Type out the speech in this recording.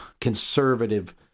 conservative